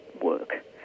work